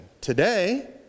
Today